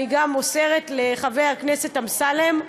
אני גם מוסרת לחבר הכנסת אמסלם,